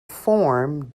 form